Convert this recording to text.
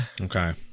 Okay